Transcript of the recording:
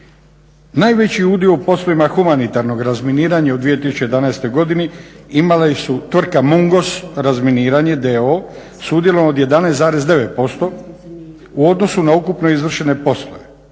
Najveći udio u poslovima humanitarnog razminiranja u 2011. godini imali su tvrtka "Mungos razminiranje" d.o.o. s udjelom od 11,9% u odnosu na ukupno izvršene poslove.